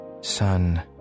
Son